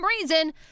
reason